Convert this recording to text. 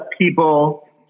people